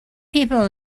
people